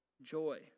Joy